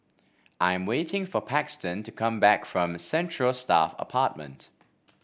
I'm waiting for Paxton to come back from Central Staff Apartment